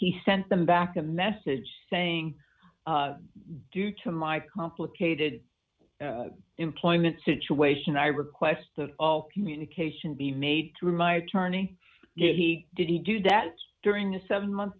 he sent them back a message saying due to my complicated employment situation i request that all communication be made through my attorney did he did he do that during the seven month